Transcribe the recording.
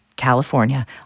California